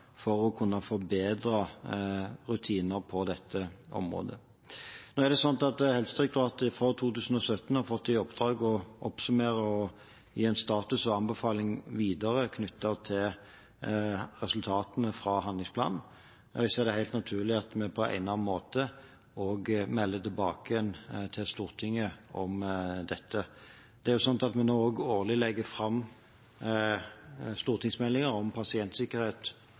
for å kunne få bedre rutiner på dette området. Helsedirektoratet har fra 2017 fått i oppdrag å oppsummere og gi en status og anbefaling videre knyttet til resultatene fra handlingsplanen. Jeg ser det som helt naturlig at vi på en eller annen måte melder tilbake til Stortinget om dette. Nå legger vi årlig fram stortingsmelding om pasientsikkerhet og kvalitet. Det er ikke unaturlig at